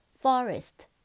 Forest